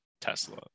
tesla